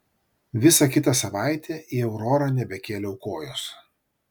visą kitą savaitę į aurorą nebekėliau kojos